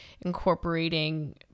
incorporating